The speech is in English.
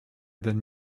than